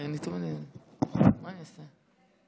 אני תמיד, מה אני אעשה.